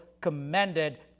commended